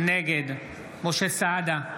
נגד משה סעדה,